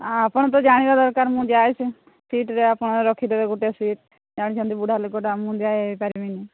ଆପଣ ତ ଜାଣିବା ଦରକାର ମୁଁ ଯାଏ ସେଇ ସିଟ୍ରେ ଆପଣ ରଖିଦେବେ ଗୋଟେ ସିଟ୍ ଜାଣୁଛନ୍ତି ବୁଢ଼ା ଲୋକଟା ମୁଁ ଯାଇ ପାରିବିନି